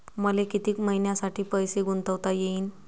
मले कितीक मईन्यासाठी पैसे गुंतवता येईन?